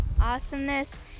Awesomeness